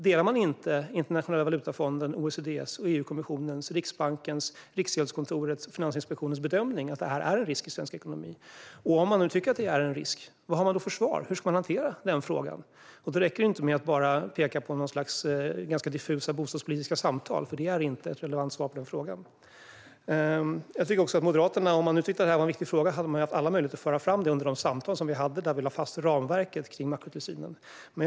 Delar man inte Internationella valutafondens, OECD:s, EU-kommissionens, Riksbankens, Riksgäldskontorets och Finansinspektionens bedömning att överskuldsättningen är en risk i svensk ekonomi. Om man nu tycker att det är en risk, vad har man då för svar? Hur ska man hantera problemet? Då räcker det inte att bara peka på några ganska diffusa bostadspolitiska samtal, för det är inte ett relevant svar på frågan. Om Moderaterna hade tyckt att det här är en viktig fråga hade de ju alla möjligheter att föra fram det under de samtal som vi hade, där vi lade fast ramverket kring makrotillsynen.